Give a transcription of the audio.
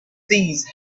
these